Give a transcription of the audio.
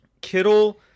Kittle